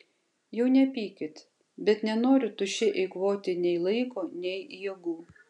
jau nepykit bet nenoriu tuščiai eikvoti nei laiko nei jėgų